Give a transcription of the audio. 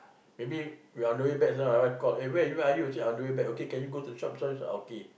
maybe we are on the way back so my wife called eh where are you where are you I said I on the way back okay can you go to shop shop this one okay